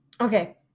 Okay